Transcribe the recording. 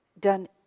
done